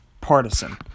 partisan